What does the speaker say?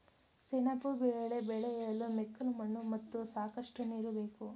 ಸೆಣಬು ಬೆಳೆ ಬೆಳೆಯಲು ಮೆಕ್ಕಲು ಮಣ್ಣು ಮತ್ತು ಸಾಕಷ್ಟು ನೀರು ಬೇಕು